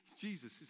Jesus